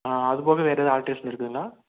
அதுபோக வேறு ஏதா ஆல்ட்ரேஷன் இருக்குதுங்களா